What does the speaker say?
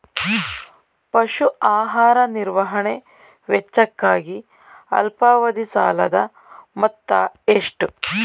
ಪಶು ಆಹಾರ ನಿರ್ವಹಣೆ ವೆಚ್ಚಕ್ಕಾಗಿ ಅಲ್ಪಾವಧಿ ಸಾಲದ ಮೊತ್ತ ಎಷ್ಟು?